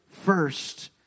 first